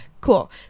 Cool